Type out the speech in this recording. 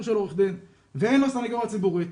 של עורך דין מהסניגוריה הציבורית.